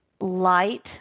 light